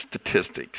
statistics